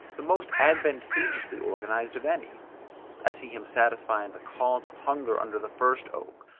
the most advantageously organized of any i see him satisfying the calls of hunger under the first oak,